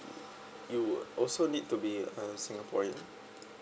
you also need to be a singaporean